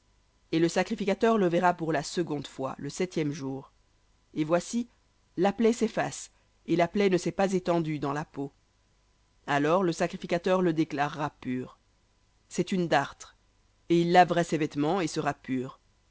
et le sacrificateur le verra pour la seconde fois le septième jour et voici la plaie s'efface et la plaie ne s'est pas étendue dans la peau alors le sacrificateur le déclarera pur c'est une dartre et il lavera ses vêtements et sera pur